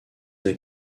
des